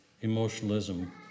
emotionalism